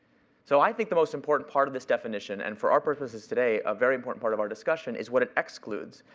so i think the most important part of this definition, and for our purposes today, a very important part of our discussion is what it excludes.